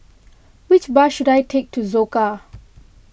which bus should I take to Soka